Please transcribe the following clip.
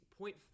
point